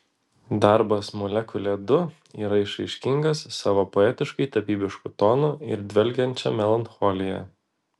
darbas molekulė ii yra išraiškingas savo poetiškai tapybišku tonu ir dvelkiančia melancholija